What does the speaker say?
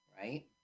right